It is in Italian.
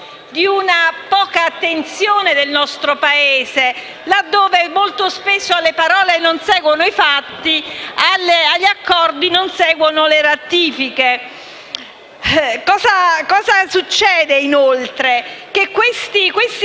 della poca attenzione del nostro Paese: laddove molto spesso alle parole non seguono i fatti, agli accordi non seguono le ratifiche. Inoltre, questi